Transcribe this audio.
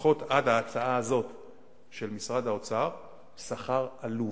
לפחות עד ההצעה הזאת של משרד האוצר, שכר עלוב.